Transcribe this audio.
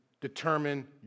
determine